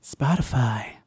spotify